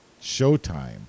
Showtime